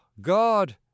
God